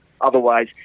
Otherwise